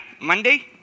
Monday